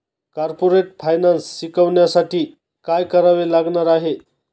Corporate finance शिकण्यासाठी काय करावे लागणार आहे?